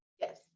Yes